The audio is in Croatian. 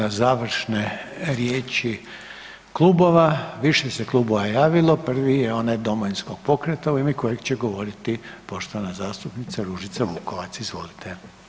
Sad idemo na završne riječi klubova, više se klubova javilo, prvi je onaj Domovinskog pokreta u ime kojeg će govoriti poštovana zastupnica Ružica Vukovac, izvolite.